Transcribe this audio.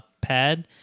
pad